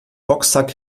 boxsack